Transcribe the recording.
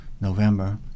November